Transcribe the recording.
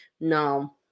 No